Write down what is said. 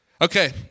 Okay